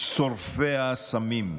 שורפי האסמים,